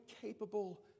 capable